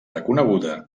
reconeguda